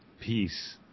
Peace